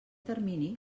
termini